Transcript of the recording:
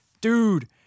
dude